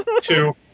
two